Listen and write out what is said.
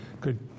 good